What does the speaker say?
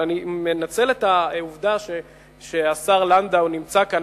אבל אני מנצל את העובדה שהשר לנדאו נמצא כאן,